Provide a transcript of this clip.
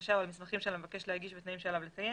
הבקשה או על מסמכים שעל המבקש להגיש ותנאים שעליו לקיים,